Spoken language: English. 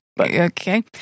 Okay